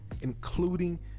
including